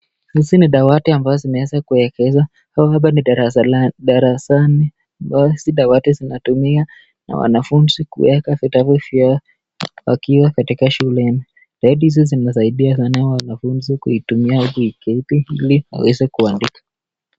Hizi ni dawati ambazo zimeweza kuekezwa au hapa ni darasani ambayo hizi dawati zinatumiwa na wanafunzi kuweka vitabu vyao wakiwa katika shuleni. Dawati hizo zinasaidia sana wanafunzi kuitumia au kuketi ili waweze kuandika.